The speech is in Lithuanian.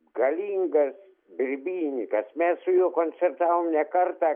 galingas birbyninykas mes su juo koncertavom ne kartą